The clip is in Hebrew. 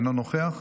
אינו נוכח.